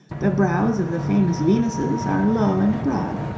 the brows of the famous venuses are low and broad.